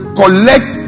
collect